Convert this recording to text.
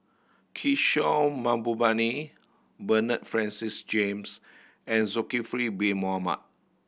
Kishore Mahbubani Bernard Francis James and Zulkifli Bin Mohamed